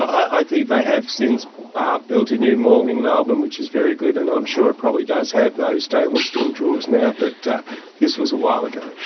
i think they have since built a new morgue in melbourne which is very good, and i'm sure it probably does have those stainless steel drawers now, but this was a while ago.